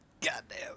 Goddamn